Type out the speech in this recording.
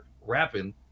rapping